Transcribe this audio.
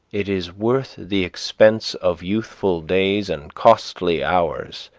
it is worth the expense of youthful days and costly hours,